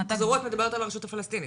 הוחזרו - את מדברת על הרשות הפלסטינית.